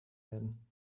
werden